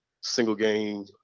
single-game